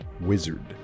wizard